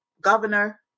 Governor